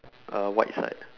uh white side